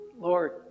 Lord